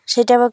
ସେଇଟା ବା